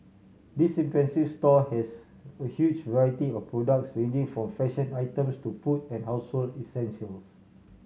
this impressive store has a huge variety of products ranging from fashion items to food and household essentials